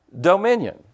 dominion